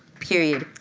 period.